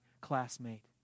classmate